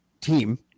team